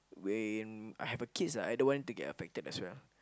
when I have a kids ah I don't want to get affected as well